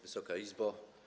Wysoka Izbo!